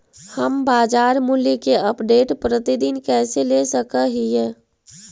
हम बाजार मूल्य के अपडेट, प्रतिदिन कैसे ले सक हिय?